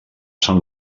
sant